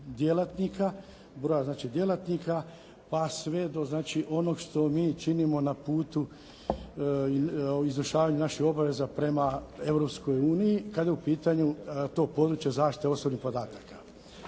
naših znači djelatnika pa sve do znači onog što mi činimo na putu izvršavanja naših obaveza prema Europskoj uniji kada je u pitanju to područje zaštite osobnih podataka.